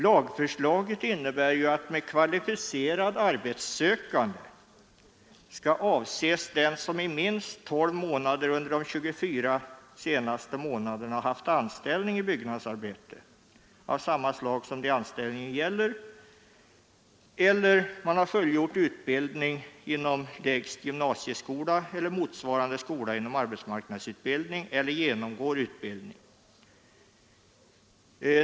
Lagförslaget innebär att med kvalificerad arbetssökande skall avses den som i minst 12 månader under de 24 senaste månaderna haft anställning i byggnadsarbete av samma slag som det anställningen gäller eller som har fullgjort utbildning inom lägst gymnasieskola eller motsvarande skola inom arbetsmarknadsutbildning eller som genomgår utbildning.